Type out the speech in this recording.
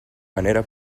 manera